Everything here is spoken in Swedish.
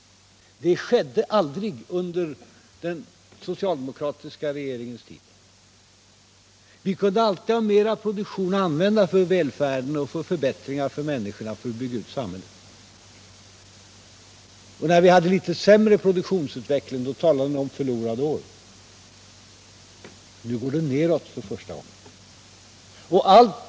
Något sådant skedde aldrig under den socialdemokratiska regeringens tid. Vi hade alltid en produktion som vi kunde använda för att förbättra välfärden, för att förbättra för människorna och för att bygga ut samhället. När vi hade en något sämre produktionsutveckling, då talade ni om förlorade år. Nu går det för första gången nedåt.